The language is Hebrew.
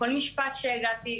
כל משפט שהגעתי,